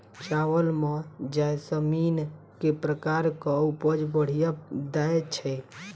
चावल म जैसमिन केँ प्रकार कऽ उपज बढ़िया दैय छै?